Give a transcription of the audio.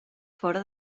fora